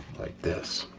like this.